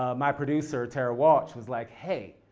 ah my producer, tara walsh was like, hey,